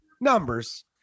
numbers